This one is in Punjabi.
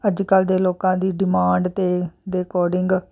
ਅੱਜ ਕੱਲ੍ਹ ਦੇ ਲੋਕਾਂ ਦੀ ਡਿਮਾਂਡ 'ਤੇ ਦੇ ਅਕੋਰਡਿੰਗ